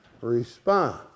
response